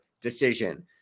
decision